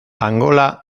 angola